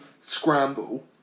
scramble